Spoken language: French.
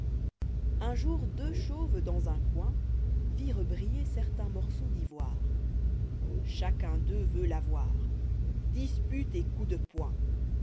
h jour deux chauves dans un coin virent briller certain morceau d'ivoire chacun d'eux veut l'avoir dispute et coups de poing